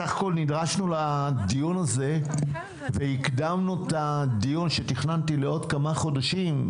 בסך הכול נדרשנו לדיון הזה והקדמנו את הדיון שתכננתי לעוד כמה חודשים,